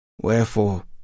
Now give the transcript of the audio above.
Wherefore